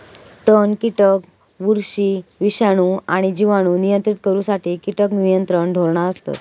तण, कीटक, बुरशी, विषाणू आणि जिवाणू नियंत्रित करुसाठी कीटक नियंत्रण धोरणा असत